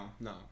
no